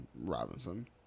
Robinson